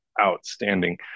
outstanding